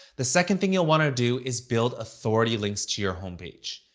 the second thing you'll want to do is build authority links to your homepage.